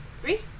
Three